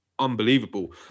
Unbelievable